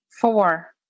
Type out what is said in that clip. Four